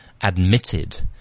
admitted